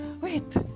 Wait